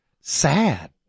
sad